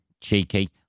Cheeky